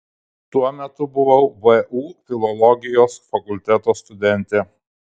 tuo metu buvau vu filologijos fakulteto studentė